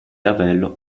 lavello